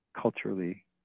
culturally